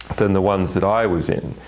than the ones that i was in,